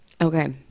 Okay